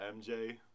MJ